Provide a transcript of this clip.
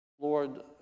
Lord